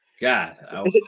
God